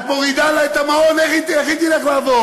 את מורידה לה את המעון, איך היא תלך לעבוד?